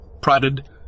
prodded